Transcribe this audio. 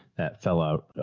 that fell out.